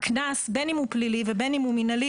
בין אם הקנס פלילי ובין אם הוא מינהלי,